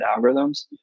algorithms